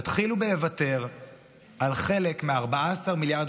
תתחילו בלוותר על חלק מ-14 מיליארד